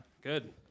good